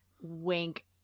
Wink